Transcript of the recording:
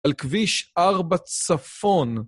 על כביש ארבע צפון.